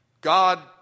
God